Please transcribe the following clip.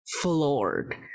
floored